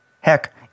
heck